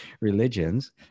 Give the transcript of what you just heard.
religions